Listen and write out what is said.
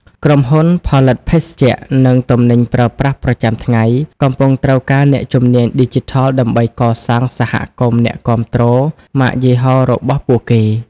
ក្រុមហ៊ុនផលិតភេសជ្ជៈ និងទំនិញប្រើប្រាស់ប្រចាំថ្ងៃ កំពុងត្រូវការអ្នកជំនាញឌីជីថលដើម្បីកសាងសហគមន៍អ្នកគាំទ្រម៉ាកយីហោរបស់ពួកគេ។